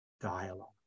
dialogue